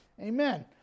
Amen